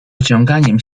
ociąganiem